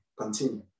Continue